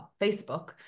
Facebook